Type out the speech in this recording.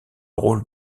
rôle